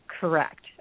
correct